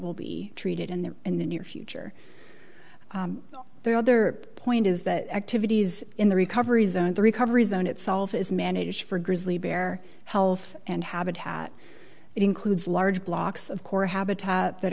will be treated in the in the near future their other point is that activities in the recovery zone the recovery zone itself is managed for grizzly bear health and habitat that includes large blocks of core habitat that